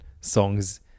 songs